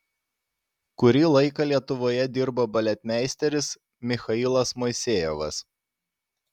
kurį laiką lietuvoje dirbo baletmeisteris michailas moisejevas